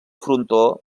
frontó